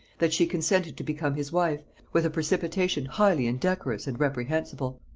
that she consented to become his wife with a precipitation highly indecorous and reprehensible.